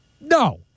No